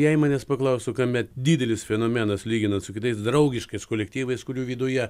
jei manęs paklaustų kame didelis fenomenas lyginant su kitais draugiškais kolektyvais kurių viduje